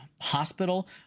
hospital